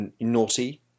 naughty